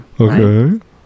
Okay